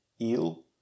eel